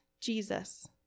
Jesus